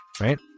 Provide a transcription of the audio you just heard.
Right